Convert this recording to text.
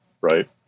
right